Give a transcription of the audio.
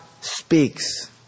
speaks